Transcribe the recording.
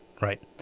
Right